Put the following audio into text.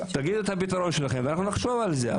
אנחנו נחשוב על זה.